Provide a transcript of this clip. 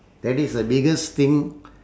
that is the biggest thing